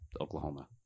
Oklahoma